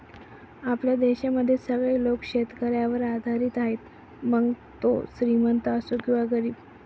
आपल्या देशामध्ये सगळे लोक शेतकऱ्यावर आधारित आहे, मग तो श्रीमंत असो किंवा गरीब